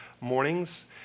mornings